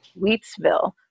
Wheatsville